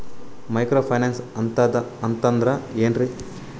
Micro finance ಅಂತಂದ್ರ ಏನ್ರೀ?